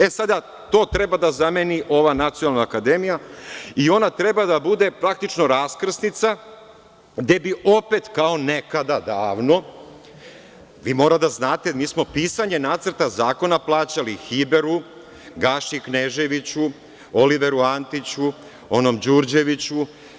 E, sada, to treba da zameni ova nacionalna akademija i ona treba da bude praktično raskrsnica, gde bi opet kao nekada davno, vi morate da znate, mi smo pisanje nacrta zakona plaćali Hiberu, Gaši Kneževiću, Oliveru Antiću, onom Đurđeviću.